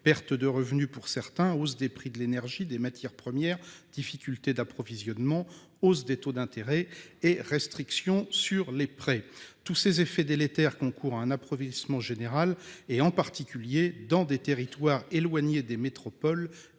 pertes de revenus, hausse du prix des énergies et des matières premières, difficultés d'approvisionnement, hausse des taux d'intérêt et restrictions sur les prêts ... Tous ces effets délétères concourent à un appauvrissement général, en particulier dans les territoires éloignés des métropoles